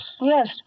Yes